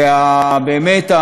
ובאמת,